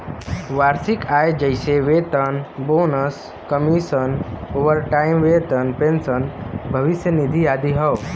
वार्षिक आय जइसे वेतन, बोनस, कमीशन, ओवरटाइम वेतन, पेंशन, भविष्य निधि आदि हौ